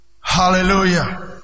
Hallelujah